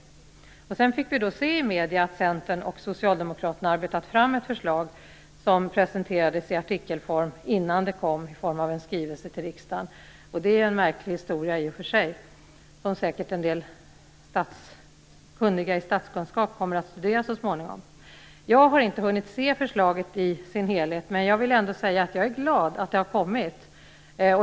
Sedan fick vi se i medierna att Centern och Socialdemokraterna arbetat fram ett förslag som presenterades i artikelform innan det kom i form av en skrivelse till riksdagen. Det är ju en märklig historia i och för sig, som säkert en del kunniga i statskunskap kommer att studera så småningom. Jag har inte hunnit se förslaget i dess helhet, men jag vill ändå säga att jag är glad att det har kommit.